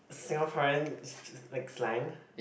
Singaporeans like slang